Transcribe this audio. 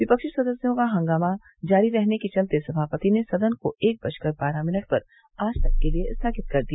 विपक्षी सदस्यों का हंगामा जारी रहने के चलते सभापति ने सदन को एक बजकर बारह मिनट पर आज तक के लिये स्थगित कर दिया